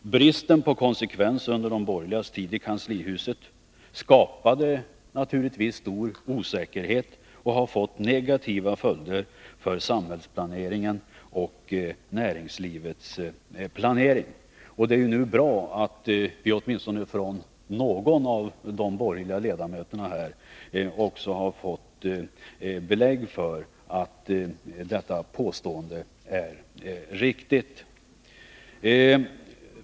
Bristen på konsekvens under de borgerligas tid i kanslihuset skapade naturligtvis stor osäkerhet och har fått negativa följder för samhällsplaneringen och för näringslivets planering. Det är bra att vi nu åtminstone från någon av de borgerliga ledamöterna också har fått belägg för att detta påstående är riktigt.